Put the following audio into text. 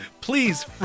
Please